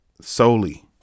solely